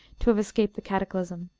to have escaped the cataclysm.